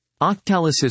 Octalysis